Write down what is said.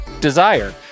Desire